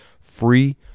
free